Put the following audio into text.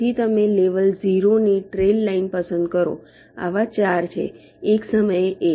તેથી તમે લેવલ 0 ની ટ્રેઇલ લાઇન પસંદ કરો આવા 4 છે એક સમયે એક